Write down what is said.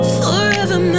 forever